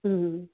ਹਮ